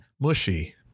mushy